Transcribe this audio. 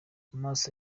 amaso